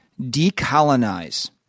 decolonize